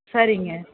சரிங்க